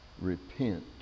repent